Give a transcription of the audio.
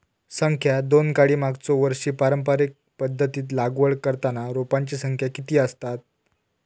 संख्या दोन काडी मागचो वर्षी पारंपरिक पध्दतीत लागवड करताना रोपांची संख्या किती आसतत?